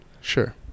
Sure